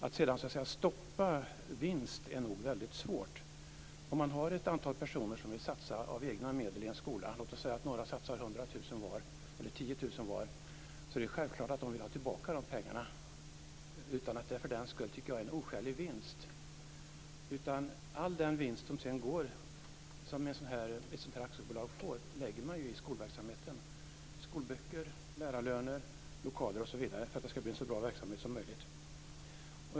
Att stoppa vinster är nog svårt. Om ett antal personer vill satsa av egna medel i en skola, kanske 10 000 kr var, är det självklart att de vill ha tillbaka de pengarna utan att det för den skull är en oskälig vinst. All den vinst som ett sådant här aktiebolag får lägger man i skolverksamheten, på skolböcker, lärarlöner, lokaler osv., för att det ska bli en så bra verksamhet som möjligt.